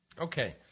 Okay